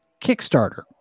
Kickstarter